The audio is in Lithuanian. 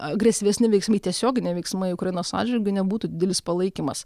agresyvesni veiksmai tiesioginiai veiksmai ukrainos atžvilgiu nebūtų didelis palaikymas